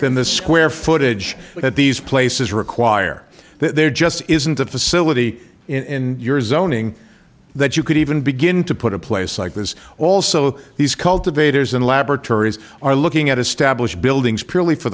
than the square footage that these places require that there just isn't a facility in your zoning that you could even begin to put a place like this also these cultivators in laboratories are looking at established buildings purely for